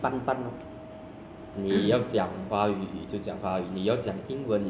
你们有那边就是逛街买东西看电影